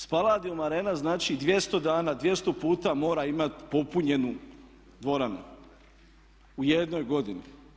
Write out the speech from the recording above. Spaladium Arena znači 200 dana, 200 puta mora imati popunjenu dvoranu u jednoj godini.